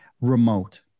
remote